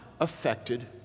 affected